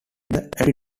deputy